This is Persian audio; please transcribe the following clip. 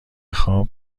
خواب